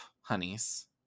honeys